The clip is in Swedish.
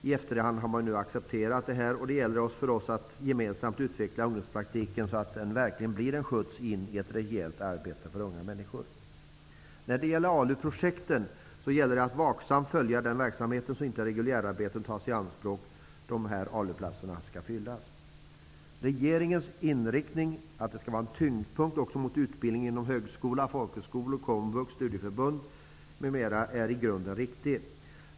I efterhand har man nu accepterat den, och det gäller för oss att gemensamt utveckla ungdomspraktiken så att den verkligen blir en skjuts för unga människor in i ett rejält arbete. När det gäller ALU-projekten gäller det att vaksamt följa den verksamheten så att inte reguljärarbeten tas i anspråk då de här ALU platserna skall fyllas. Regeringens inriktning, att det skall vara en tyngdpunkt också på utbildning inom högskola, folkhögskola, komvux, studieförbund, m.m., är i grunden riktig.